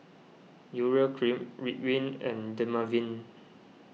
Urea Cream Ridwind and Dermaveen